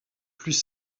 plus